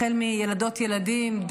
החל מילדות וילדים,